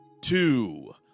two